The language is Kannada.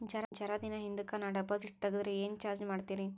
ಜರ ದಿನ ಹಿಂದಕ ನಾ ಡಿಪಾಜಿಟ್ ತಗದ್ರ ಏನ ಚಾರ್ಜ ಮಾಡ್ತೀರಿ?